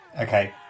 Okay